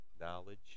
knowledge